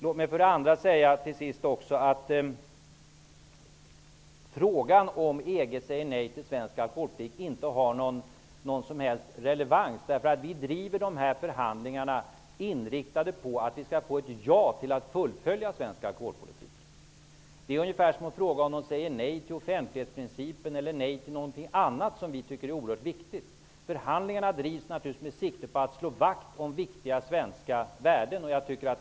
För det andra vill jag säga att frågan om vad som händer om EG skulle säga nej till svensk alkoholpolitik inte har någon som helst relevans. Vi driver dessa förhandlingar med inriktning på att vi skall få ett ja till att fullfölja svensk alkoholpolitik. Att ställa en sådan fråga är ungefär som att fråga vad som händer om EG säger nej till offentlighetsprincipen eller till någonting annat som vi tycker är oerhört viktigt. Förhandlingarna drivs naturligtvis med sikte på att vi skall slå vakt om viktiga svenska värden.